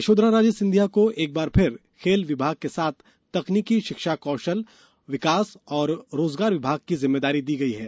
यशोधराराजे सिंधिया को इस बार भी खेल विभाग के साथ तकनीकी शिक्षा कौशल विकास और रोजगार विभाग की जिम्मेदारी दी गई है